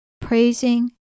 praising